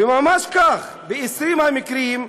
וממש כך, מ-20 המקרים,